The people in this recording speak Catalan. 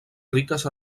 riques